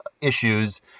issues